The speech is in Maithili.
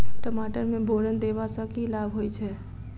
टमाटर मे बोरन देबा सँ की लाभ होइ छैय?